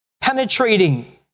penetrating